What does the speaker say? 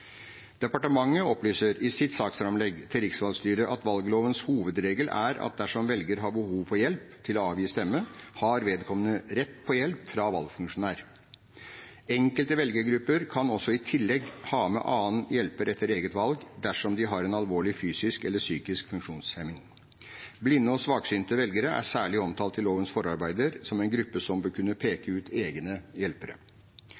Departementet opplyser i sitt saksframlegg til riksvalgstyret at valglovens hovedregel er at dersom velger har behov for hjelp til å avgi stemme, har vedkommende rett på hjelp fra valgfunksjonær. Enkelte velgergrupper kan i tillegg ha med annen hjelper etter eget valg dersom de har en alvorlig fysisk eller psykisk funksjonshemning. Blinde og svaksynte velgere er særlig omtalt i lovens forarbeider som en gruppe som bør kunne